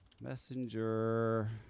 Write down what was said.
messenger